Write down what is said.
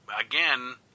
Again